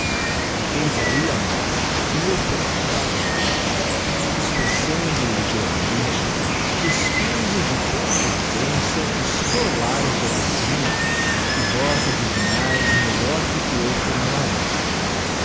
eis ahi amigo o meu ponto de partida ésboçando o ligeiramente escuso de pôr em evidencia os corollarios da doutrina que vós adivinhaes melhor do que eu formularia não